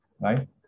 right